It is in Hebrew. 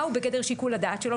מה הוא בגדר שיקול הדעת שלו,